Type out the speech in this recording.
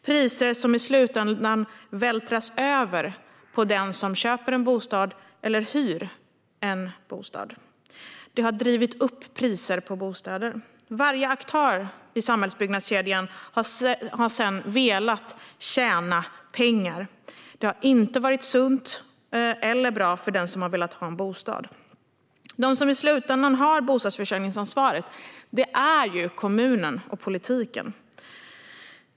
Priserna vältras i slutändan över på dem som köper eller hyr en bostad. Det här har drivit upp priserna på bostäder. Varje aktör i samhällsbyggnadskedjan har sedan velat tjäna pengar. Det har inte varit sunt eller bra för dem som har velat ha en bostad. De som i slutändan har bostadsförsörjningsansvaret är kommunerna och politiken.